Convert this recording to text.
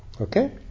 Okay